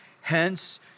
Hence